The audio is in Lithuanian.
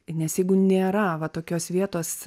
nes jeigu nėra va tokios vietos